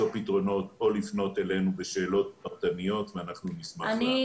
פתרונות או לפנות אלינו בשאלות פרטניות ונשמח לענות.